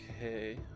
okay